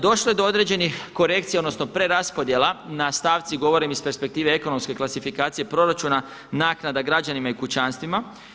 Došlo je do određenih korekcija, odnosno preraspodjela na stavci govorim iz perspektive ekonomske klasifikacije proračuna, naknada građanima i kućanstvima.